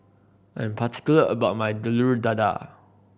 I am particular about my Telur Dadah